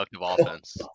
offense